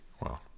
Wow